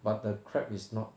but the crab is not